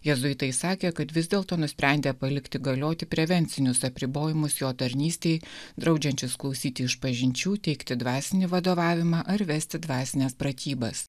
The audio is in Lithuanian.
jėzuitai sakė kad vis dėlto nusprendė palikti galioti prevencinius apribojimus jo tarnystei draudžiančius klausyti išpažinčių teikti dvasinį vadovavimą ar vesti dvasines pratybas